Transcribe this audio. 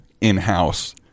in-house